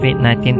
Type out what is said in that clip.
COVID-19